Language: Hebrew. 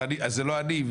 הוא זה לא אני,